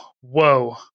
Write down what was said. Whoa